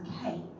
okay